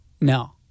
No